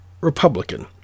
Republican